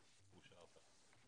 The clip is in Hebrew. הנושא הראשון על סדר-היום הוא: